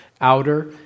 Outer